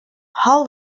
hall